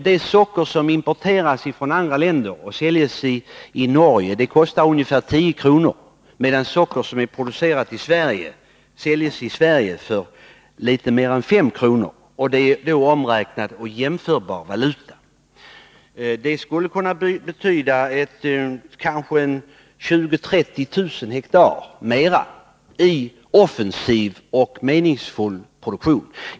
Det socker som importeras från andra länder och säljs i Norge kostar ungefär 10 kr., medan det socker som är producerat i Sverige säljs på svensk marknad för litet mer än 5 kr., räknat i jämförbar valuta. Det betyder att vi skulle kunna ha 20 000-30 000 hektar mera i offensiv och meningsfull produktion.